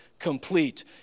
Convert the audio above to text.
complete